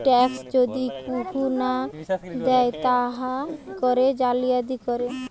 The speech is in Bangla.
ট্যাক্স যদি কেহু না দেয় তা করে জালিয়াতি করে